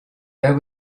there